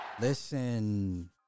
Listen